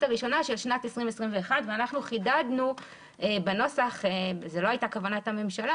הראשונה של שנת 2021. אנחנו חידדנו בנוסח זה לא היה כוונת הממשלה,